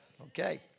Okay